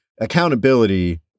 accountability